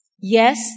Yes